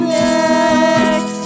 next